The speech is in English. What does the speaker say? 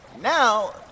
Now